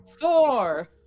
Four